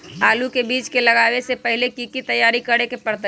आलू के बीज के लगाबे से पहिले की की तैयारी करे के परतई?